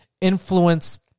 influence